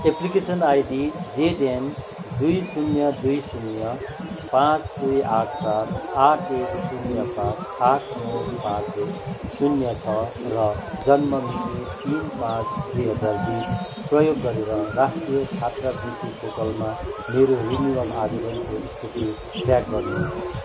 application ID Z N दुई शून्य दुई शून्य पाँच दुई आठ चार आठ एक शून्य पाँच आठ नौ पाँच एक शून्य छ र जन्म मिति तिन पाँच दुई हजार बिस प्रयोग गरेर राष्ट्रिय छात्रवृत्ति पोर्टलमा मेरो रिनिवल आवेदनको स्थिति ट्र्याक गर्नुहोस्